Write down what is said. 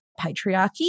patriarchy